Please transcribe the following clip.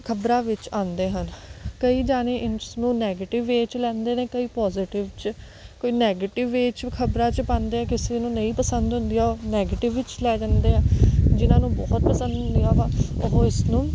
ਖ਼ਬਰਾਂ ਵਿੱਚ ਆਉਂਦੇ ਹਨ ਕਈ ਜਣੇ ਇਸਨੂੰ ਨੈਗੇਟਿਵ ਵੇਅ 'ਚ ਲੈਂਦੇ ਨੇ ਕਈ ਪੋਜਟਿਵ 'ਚ ਕੋਈ ਨੈਗੇਟਿਵ ਵੇਅ 'ਚ ਖ਼ਬਰਾਂ 'ਚ ਪਾਉਂਦੇ ਹੈ ਕਿਸੇ ਨੂੰ ਨਹੀਂ ਪਸੰਦ ਹੁੰਦੀਆਂ ਉਹ ਨੈਗਟਿਵ 'ਚ ਲੈ ਜਾਂਦੇ ਹੈ ਜਿਹਨਾਂ ਨੂੰ ਬਹੁਤ ਪਸੰਦ ਹੁੰਦੀਆਂ ਵਾ ਉਹ ਇਸਨੂੰ